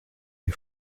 les